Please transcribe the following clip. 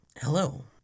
Hello